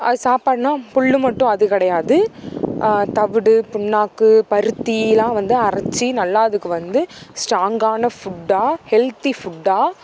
அது சாப்பாடுன்னா புல் மட்டும் அது கிடையாது தவிடு புண்ணாக்கு பருத்திலாம் வந்து அரைத்து நல்லா அதுக்கு வந்து ஸ்ட்ராங்கான ஃபுட்டாக ஹெல்த்தி ஃபுட்டாக